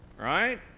right